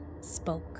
spoke